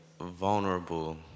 vulnerable